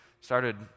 started